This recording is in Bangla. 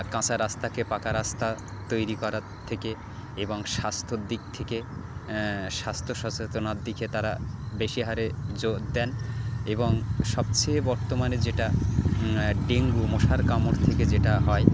কাঁচা রাস্তাকে পাকা রাস্তা তৈরি করার থেকে এবাং স্বাস্থ্যর দিক থেকে স্বাস্থ্য সচেতনার দিকে তারা বেশি হারে জোর দেন এবং সবচেয়ে বর্তমানে যেটা ডেঙ্গু মশার কামড় থেকে যেটা হয়